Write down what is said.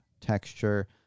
texture